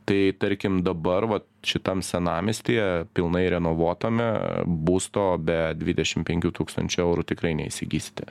tai tarkim dabar va šitam senamiestyje pilnai renovuotame būsto be dvidešim penkių tūkstančių eurų tikrai neįsigysite